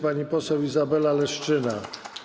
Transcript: Pani poseł Izabela Leszczyna.